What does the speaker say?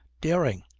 dering,